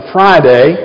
Friday